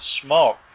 smoke